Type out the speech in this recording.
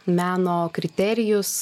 meno kriterijus